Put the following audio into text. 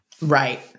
Right